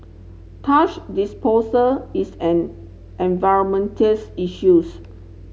disposal is an environmental issues